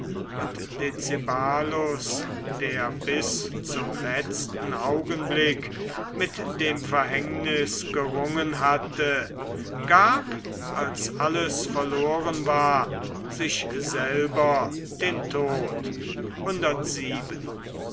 und decebalus der bis zum letzten augenblick mit dem verhängnis gerungen hatte gab als alles verloren war sich selber den tod